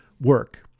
work